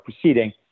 proceeding